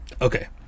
Okay